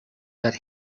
that